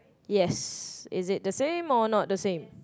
yes is it the same or not the same